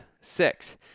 Six